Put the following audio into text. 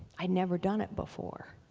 i'd never done it before.